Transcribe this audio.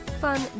fun